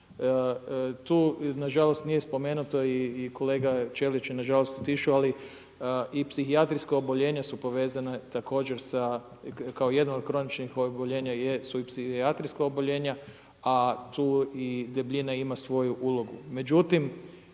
Tu na žalost nije spomenuto i kolega Ćelić je na žalost otišao, ali i psihijatrijska oboljenja su povezana također sa kao jedno od kroničnih oboljenja jesu i psihijatrijska oboljenja, a tu i debljina ima svoju ulogu.